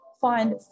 find